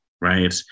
Right